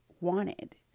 wanted